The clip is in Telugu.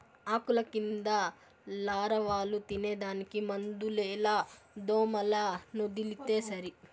ఆకుల కింద లారవాలు తినేదానికి మందులేల దోమలనొదిలితే సరి